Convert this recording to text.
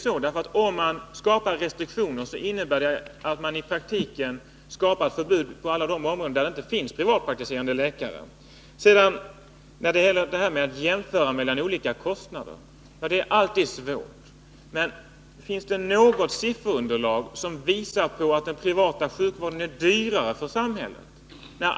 Men om man inför restriktioner innebär det i praktiken att man skapar förbud på alla de områden där det inte finns privatpraktiserande läkare. Det är alltid svårt att göra jämförelser mellan olika kostnader. Men finns det något sifferunderlag som visar att den privata sjukvården är dyrare för samhället?